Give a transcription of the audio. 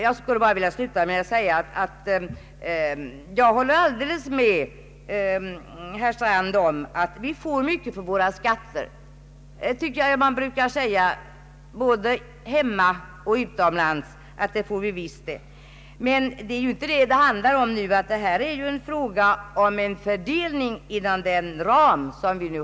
Jag vill sluta med att säga, att jag håller med herr Strand om att vi får mycket för de skatter vi betalar in. Det brukar vi framhålla både här hemma och utomlands. Men det är inte det saken gäller, utan här är det fråga om en fördelning inom den ram som finns.